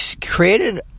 created